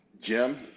Jim